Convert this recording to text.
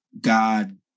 god